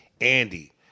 Andy